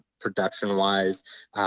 production-wise